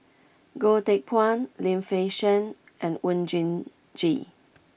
Goh Teck Phuan Lim Fei Shen and Oon Jin Gee